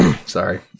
Sorry